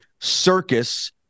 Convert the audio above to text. circus